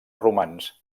romans